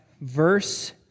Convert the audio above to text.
verse